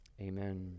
Amen